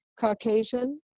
Caucasian